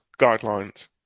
guidelines